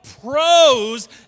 pros